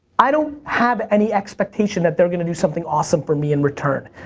i don't have any expectation that they're gonna do something awesome for me in return.